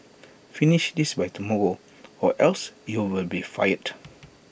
finish this by tomorrow or else you'll be fired